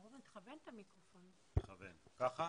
תודה לך,